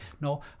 no